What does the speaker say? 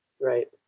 Right